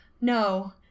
no